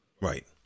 right